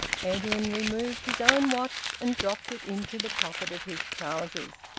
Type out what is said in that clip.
edwin removed his own watch and dropped it into the pocket of his trousers,